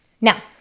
Now